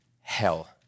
hell